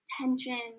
tension